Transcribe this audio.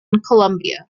colombia